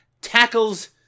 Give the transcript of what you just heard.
tackles